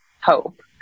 hope